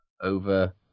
over